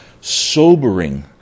sobering